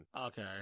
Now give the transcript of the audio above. Okay